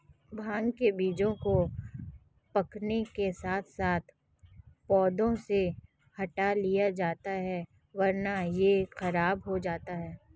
भांग के बीजों को पकने के साथ साथ पौधों से हटा लिया जाता है वरना यह खराब हो जाता है